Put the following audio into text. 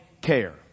care